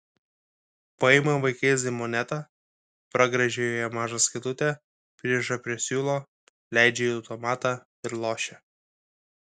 paima vaikėzai monetą pragręžia joje mažą skylutę pririša prie siūlo leidžia į automatą ir lošia